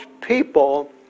people